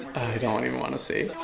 don't even wanna see.